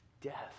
death